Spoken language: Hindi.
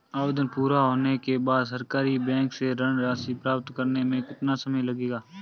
आवेदन पूरा होने के बाद सरकारी बैंक से ऋण राशि प्राप्त करने में कितना समय लगेगा?